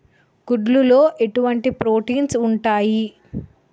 గుడ్లు లో ఎటువంటి ప్రోటీన్స్ ఉంటాయి?